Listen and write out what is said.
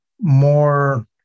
more